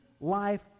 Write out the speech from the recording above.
life